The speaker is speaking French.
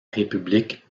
république